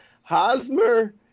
Hosmer